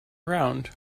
around